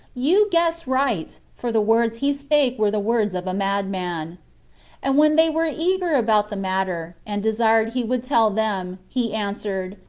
you guess right, for the words he spake were the words of a madman and when they were eager about the matter, and desired he would tell them, he answered,